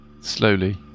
slowly